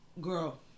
Girl